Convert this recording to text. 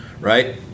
right